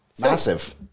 Massive